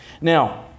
now